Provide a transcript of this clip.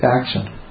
action